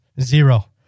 Zero